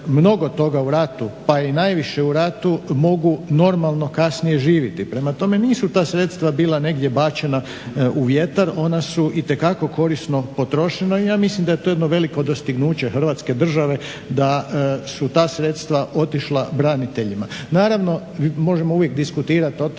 u ratu pa i najviše u ratu mogu normalno kasnije živjeti. Prema tome, nisu ta sredstva bila bačena u vjetar. Ona su itekako korisno potrošena i ja mislim da je to jedno veliko dostignuće Hrvatske države da su ta sredstva otišla braniteljima. Naravno, uvijek možemo diskutirati o tome